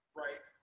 right